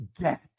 get